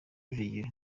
rayon